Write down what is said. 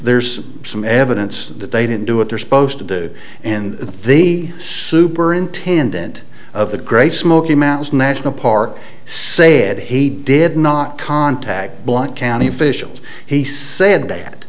there's some evidence that they didn't do it they're supposed to do and the superintendent of the great smoky mountains national park say that he did not contact block county officials he said